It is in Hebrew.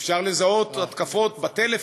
אפשר לזהות התקפות בטלפון,